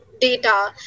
data